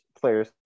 players